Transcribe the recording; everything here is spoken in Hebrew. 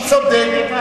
הוא צודק.